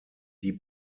die